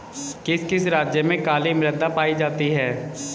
किस किस राज्य में काली मृदा पाई जाती है?